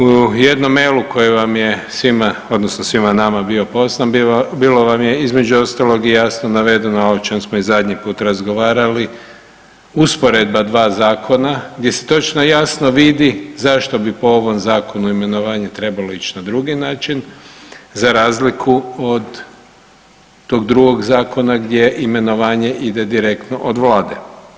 U jednom mailu koji vam je svima odnosno svima nama bio poslan bilo vam je između ostalog i jasno navedeno ovo o čem smo i zadnji put razgovarali, usporedba dva zakona gdje se točno i jasno vidi zašto bi po ovom zakonu imenovanje trebalo ić na drugi način za razliku od tog drugog zakona gdje imenovanje ide direktno od vlade.